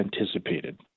anticipated